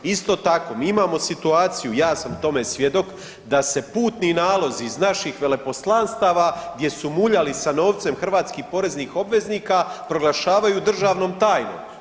Isto tako mi imamo situaciju ja sam tome svjedok da se putni nalozi iz naših veleposlanstava gdje su muljali sa novcem hrvatskih poreznih obveznika proglašavaju državnom tajnom.